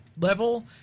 Level